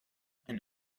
ein